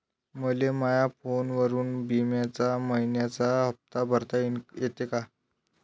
मले माया फोनवरून बिम्याचा मइन्याचा हप्ता भरता येते का?